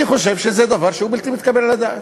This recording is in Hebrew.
אני חושב שזה דבר שהוא בלתי מתקבל על הדעת.